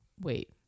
wait